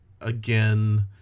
again